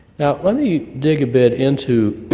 now let me dig a bit into